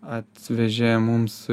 atvežė mums